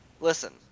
listen